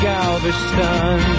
Galveston